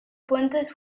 puentes